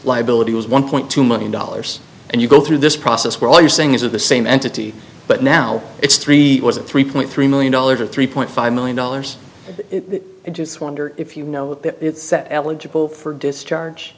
liability was one point two million dollars and you go through this process where all you're saying is of the same entity but now it's three was it three point three million dollars or three point five million dollars i just wonder if you know eligible for discharge